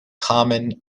common